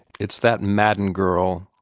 it's that madden girl!